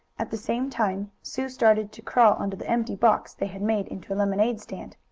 at the same time sue started to crawl under the empty box they had made into a lemonade stand.